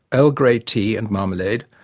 earl grey tea and marmalade,